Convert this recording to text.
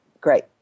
great